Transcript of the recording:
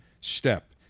step